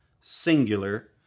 singular